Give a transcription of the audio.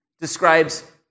describes